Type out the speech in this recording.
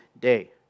Day